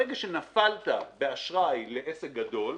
ברגע שנפלת באשראי לעסק גדול,